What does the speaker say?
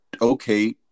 okay